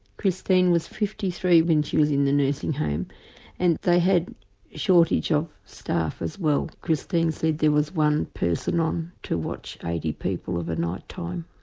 christine was fifty three when she was in the nursing home and they had a shortage of staff as well. christine said there was one person on to watch eighty people of a night time.